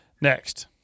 Next